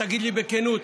תגיד לי בכנות,